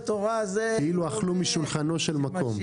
תורה --- כאילו אכלו משולחנו של מקום.